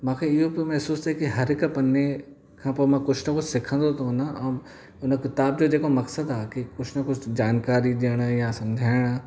मांखे इहो पियो महिसूसु थिए कि हर हिकु पन्ने खां पोइ मां कुझु न कुझु सिखंदो थो वञा ऐं हिन किताब जो जेको मक़सदु आहे कि कुझु न कुझु जानकारी ॾियण या समुझाइणु